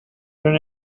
been